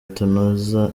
tunoza